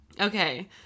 Okay